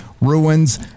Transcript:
ruins